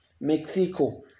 Mexico